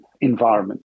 environment